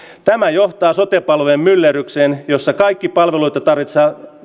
tämä johtaa sote palvelujen myllerrykseen jossa palveluita tarvitseva